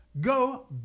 go